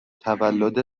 تولد